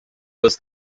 was